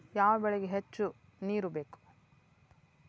ಯಾವ ಬೆಳಿಗೆ ಹೆಚ್ಚು ನೇರು ಬೇಕು?